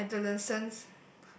uh adolescence